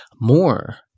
more